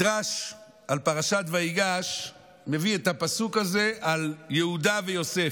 מדרש על פרשת ויגש מביא את הפסוק הזה על יהודה ויוסף,